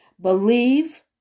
Believe